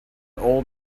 old